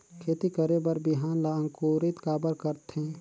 खेती करे बर बिहान ला अंकुरित काबर करथे?